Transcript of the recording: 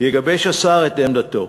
יגבש השר את עמדתו.